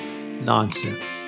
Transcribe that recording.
nonsense